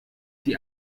die